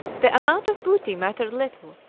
the amount of booty mattered little,